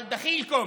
אבל דחילכום,